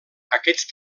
aquests